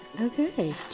Okay